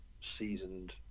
seasoned